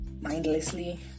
mindlessly